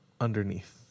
underneath